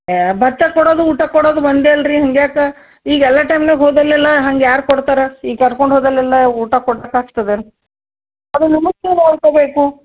ಯೇ ಬಟ್ಟ ಕೊಡೋದು ಊಟ ಕೊಡೋದು ಒಂದೇ ಅಲ್ರೀ ಹಂಗ್ಯಾಕೆ ಈಗ ಎಲ್ಲ ಟೈಮಿನಾಗ ಹೋದಲ್ಲೆಲ್ಲ ಹಂಗೆ ಯಾರು ಕೊಡ್ತಾರೆ ಈ ಕರ್ಕೊಂಡು ಹೋದಲ್ಲೆಲ್ಲ ಊಟ ಕೊಡ್ಸೋಕ್ಕಾಗ್ತದಾ ಅದು